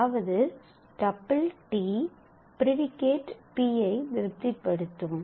அதாவது double t predicate P ஐ திருப்திப் படுத்தும்